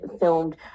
filmed